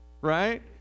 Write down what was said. right